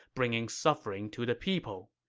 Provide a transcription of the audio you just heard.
bringing suffering to the people.